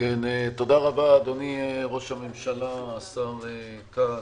תודה רבה אדוני ראש הממשלה, השר כץ,